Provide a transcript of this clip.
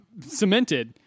cemented